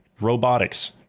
Robotics